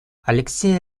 алексей